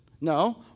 No